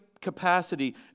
capacity